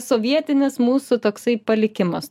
sovietinis mūsų toksai palikimas